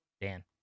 Dan